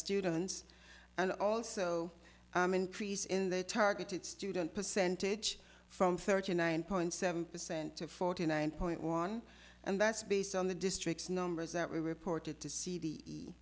students and also increase in the targeted student percentage from thirty nine point seven percent to forty nine point one and that's based on the district's numbers that we reported to see the